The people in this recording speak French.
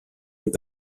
est